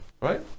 right